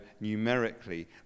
numerically